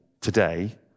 today